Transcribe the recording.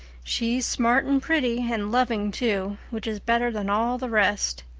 she's smart and pretty, and loving, too, which is better than all the rest.